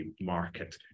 market